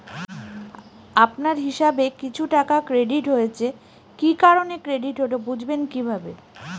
আপনার হিসাব এ কিছু টাকা ক্রেডিট হয়েছে কি কারণে ক্রেডিট হল বুঝবেন কিভাবে?